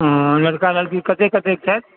लड़का लड़की कते कते छथि